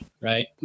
right